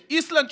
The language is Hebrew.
76%; איסלנד,